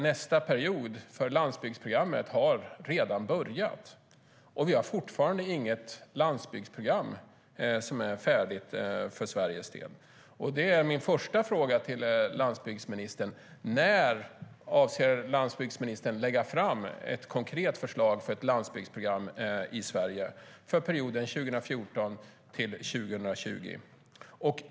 Nästa period för landsbygdsprogrammet har redan börjat, och vi har fortfarande inget färdigt landsbygdsprogram för Sveriges del. Det är min första fråga till landsbygdsministern: När avser han att lägga fram ett konkret förslag till ett landsbygdsprogram i Sverige för perioden 2014-2020?